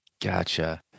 Gotcha